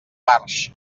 barx